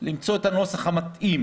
למצוא את הנוסח המתאים